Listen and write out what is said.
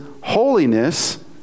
holiness